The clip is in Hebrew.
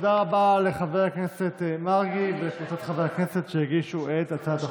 תודה רבה לחבר הכנסת מרגי ולקבוצת חברי הכנסת שהגישו את הצעת החוק.